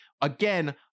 Again